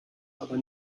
aber